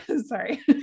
sorry